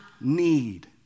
need